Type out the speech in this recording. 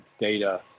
data